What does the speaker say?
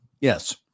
Yes